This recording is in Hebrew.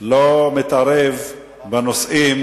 לא מתערב בנושאים